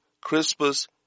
Crispus